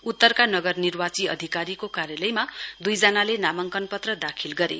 उत्तरका नगर निर्वाची अधिकारीको कार्यालयमा दुईजनाले नामाङ्कन पत्र दाखिल गरे